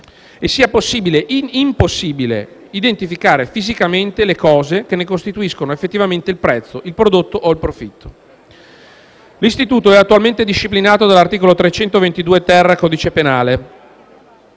e sia impossibile identificare fisicamente le cose che ne costituiscono effettivamente il prezzo, il prodotto o il profitto. L'istituto è attualmente disciplinato dall'articolo 322-*ter* del codice penale,